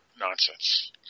Nonsense